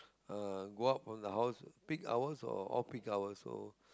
uh go out from the house peak hours or off peak hours so